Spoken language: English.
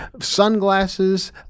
sunglasses